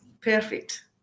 Perfect